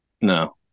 No